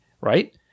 Right